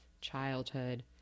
childhood